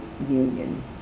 union